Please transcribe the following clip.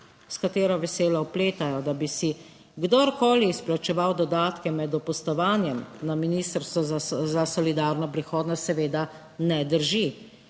s katero veselo vpletajo, da bi si kdorkoli izplačeval dodatke med dopustovanjem na Ministrstvu za solidarno prihodnost, seveda ne drži.